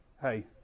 hey